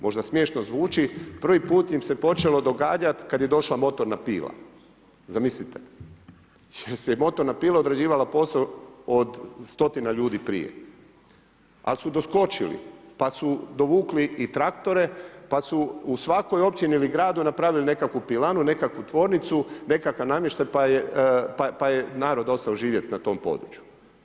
Možda smiješno zvuči, prvi put im se počelo događat kad je došla motorna pila, zamislite, jer je motorna pila odrađivala posao od stotina ljudi prije, ali su doskočili pa su dovukli i traktore pa su u svakoj općini ili gradu napravili nekakvu pilanu, nekakvu tvornicu, nekakav namještaj pa je narod ostao živjet na tom području.